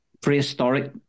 Prehistoric